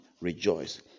Rejoice